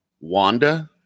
Wanda